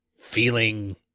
feeling